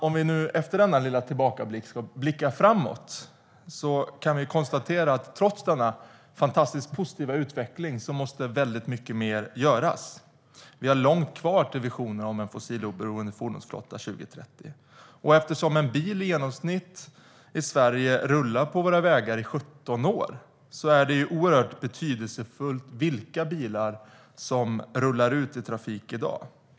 Om vi efter denna lilla tillbakablick ska blicka framåt kan vi konstatera att väldigt mycket mer måste göras trots denna fantastiskt positiva utveckling. Vi har långt kvar till visionen om en fossiloberoende fordonsflotta 2030. Eftersom en bil i Sverige rullar på våra vägar i genomsnitt 17 år är det oerhört betydelsefullt vilka bilar som rullar ut i trafik i dag.